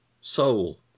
soul